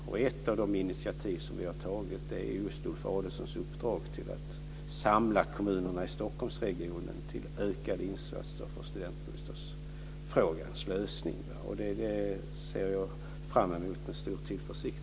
Och ett av de initiativ som vi har tagit är just Ulf Adelsohns uppdrag att samla kommunerna i Stockholmsregionen till ökade insatser för studentbostadsfrågans lösning. Det arbetet ser jag fram emot med stor tillförsikt.